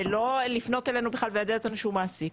ולא לפנות אלינו בכלל וליידע אותנו שהוא מעסיק,